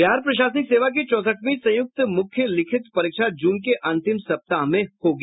बिहार प्रशासनिक सेवा की चौसठवीं संयुक्त मुख्य लिखित परीक्षा जून के अंतिम सप्ताह में होगी